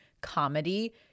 comedy